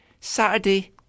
Saturday